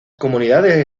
comunidades